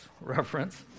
reference